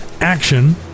action